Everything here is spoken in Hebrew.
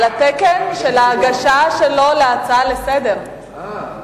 על תקן ההגשה של הצעה לסדר-היום.